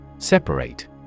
Separate